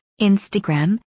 Instagram